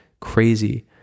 crazy